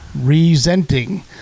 resenting